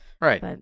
right